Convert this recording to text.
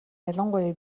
ялангуяа